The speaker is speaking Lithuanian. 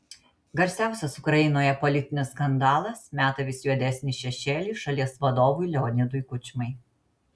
garsiausias ukrainoje politinis skandalas meta vis juodesnį šešėlį šalies vadovui leonidui kučmai